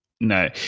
No